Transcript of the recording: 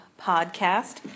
podcast